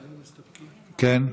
כן.